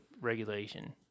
regulation